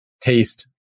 taste